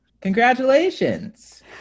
congratulations